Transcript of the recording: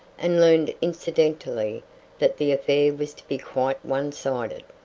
and learned incidentally that the affair was to be quite one-sided.